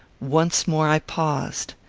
once more i paused.